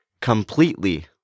Completely